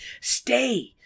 Stay